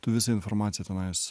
tu visą informaciją tenais